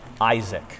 Isaac